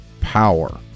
power